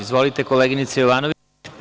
Izvolite, koleginice Jovanović.